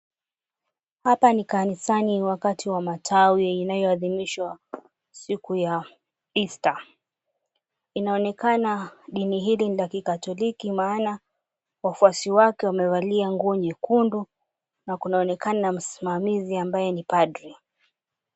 Hapa ni kanisani, ni wakati wa matawi inayoadhimshwa siku ya Easter . Inaonekana dini ili ni la kikatoliki maana wafuasi wake wamevalia nguo nyeundu na kunaonekana msmamizi ambaye ni padri.